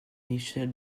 michèle